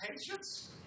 Patience